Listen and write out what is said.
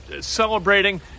celebrating